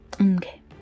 Okay